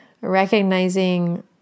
recognizing